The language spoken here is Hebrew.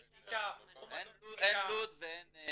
אין לוד ואין ירוחם ואין אופקים.